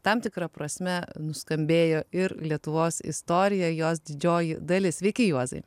tam tikra prasme nuskambėjo ir lietuvos istorija jos didžioji dalis sveiki juozai